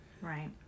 Right